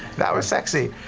that was sexy.